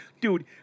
Dude